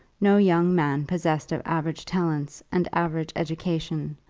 no young man possessed of average talents and average education,